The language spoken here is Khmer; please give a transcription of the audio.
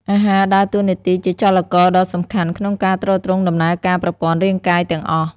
អាហារដើរតួនាទីជាចលករដ៏សំខាន់ក្នុងការ ទ្រទ្រង់ដំណើរការប្រព័ន្ធរាងកាយ ទាំងអស់។